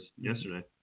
yesterday